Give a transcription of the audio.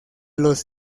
los